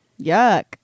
Yuck